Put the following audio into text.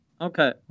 Okay